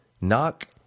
knock